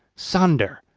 sonder,